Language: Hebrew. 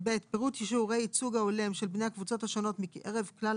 פירוט שיעורי הייצוג ההולם של בני הקבוצות השונות מקרב כלל